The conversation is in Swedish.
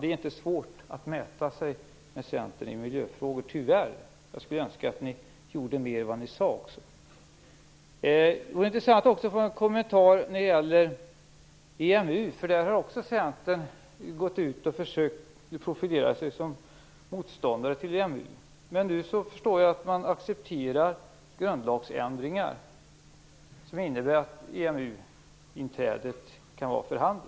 Det är inte svårt att mäta sig med Centern i miljöfrågor - tyvärr. Jag skulle önska att ni mer gjorde vad ni sade. Det vore intressant att få en kommentar när det gäller EMU. Centern har ju gått ut och försökt profilera sig som motståndare till EMU. Men nu förstår jag att man accepterar grundlagsändringar som innebär att EMU-inträdet kan vara för handen.